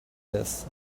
his